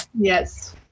Yes